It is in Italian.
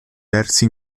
versi